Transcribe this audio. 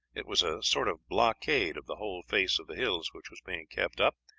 it was a sort of blockade of the whole face of the hills which was being kept up,